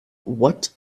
what